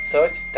Search